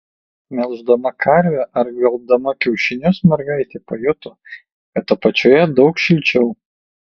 melždama karvę ar gvelbdama kiaušinius mergaitė pajuto kad apačioje daug šilčiau